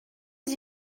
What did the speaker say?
qui